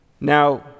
Now